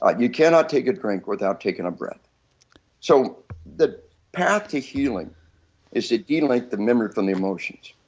ah you cannot take a drink without taking a breath so the path to healing is to de-link the memory from the emotions.